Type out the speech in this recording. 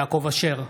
יעקב אשר,